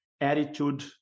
attitude